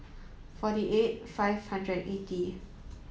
forty eight five hundred and eighty